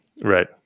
Right